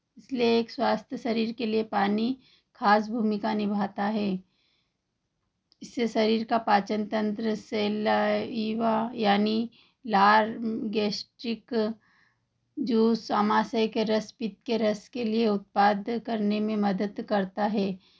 एक स्वास्थ्य शरीर के लिए पानी खास भूमिका निभाता है इससे शरीर का पाचन तंत्र सेलाईवा यानी लार र्गेस्टिक जूस समस्या आमाशय के रस पित्त के रस के लिए उत्पादन करने में मदद करता है